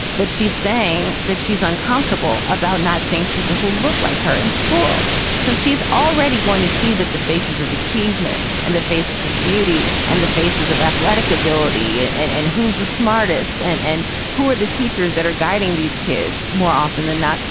but she's saying that she's uncomfortable about not seeing people who look like her in school. so she's already going to see that the faces of achievement and the faces of beauty and the faces of athletic ability and and who's the smartest and and who are the teachers that are guiding these kids? more often than not,